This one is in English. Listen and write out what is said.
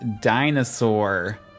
dinosaur